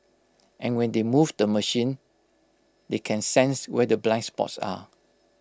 and when they move the machine they can sense where the blind spots are